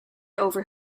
over